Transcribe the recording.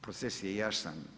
Proces je jasan.